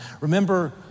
Remember